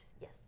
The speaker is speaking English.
yes